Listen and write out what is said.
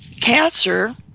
cancer